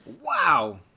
Wow